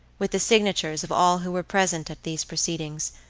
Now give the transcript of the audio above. with the signatures of all who were present at these proceedings,